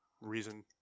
reason